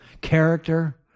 character